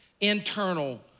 internal